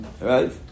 Right